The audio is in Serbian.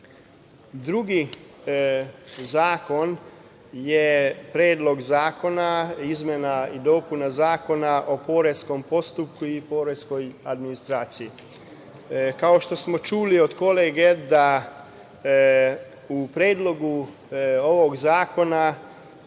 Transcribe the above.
zakon je Predlog zakona o izmeni i dopuni Zakona o poreskom postupku i poreskoj administraciji. Kao što smo čuli od kolege, u Predlogu ovog zakona